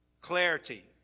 Clarity